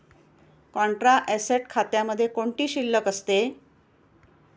Contra asset खात्यामध्ये कोणती शिल्लक असते?